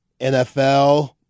NFL